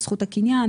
בזכות הקניין,